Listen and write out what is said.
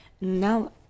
Now